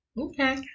Okay